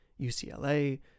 UCLA